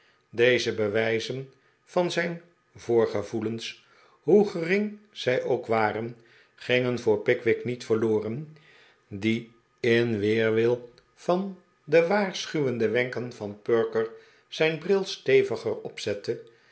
deze bewijzen van zijn voorgevoelehs hoe ge ring zij ook waren gingen voor pickwick niet verloren die in weerwil van de waarschuwende wenken van perker zijn bril steviger opzette